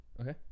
Okay